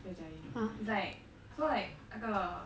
I tell jia yi it's like so like 那个